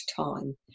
time